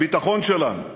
הביטחון שלנו,